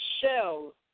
shell